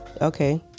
okay